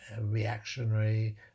reactionary